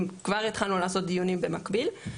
כבר התחלנו לעשות דיונים במקביל.